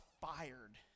fired